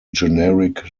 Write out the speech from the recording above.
generic